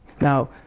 Now